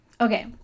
Okay